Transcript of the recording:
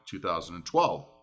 2012